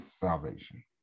salvation